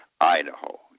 Idaho